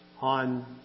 on